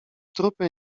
trupy